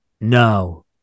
no